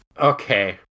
Okay